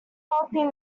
helping